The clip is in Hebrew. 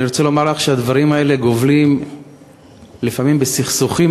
אני רוצה לומר לך שהדברים האלה גובלים לפעמים בסכסוכים